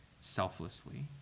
selflessly